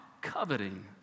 coveting